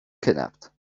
kidnapped